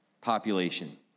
population